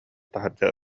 таһырдьа